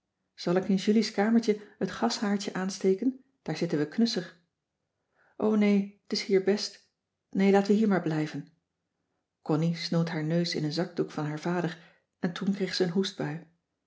zal ik in julie's kamertje het gashaardje aansteken daar zitten we knusser o nee t is hier best nee laten we hier maar blijven connie snoot haar neus in een zakdoek van haar vader en toen kreeg ze een hoestbui